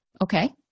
okay